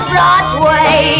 Broadway